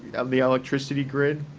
the electricity grid.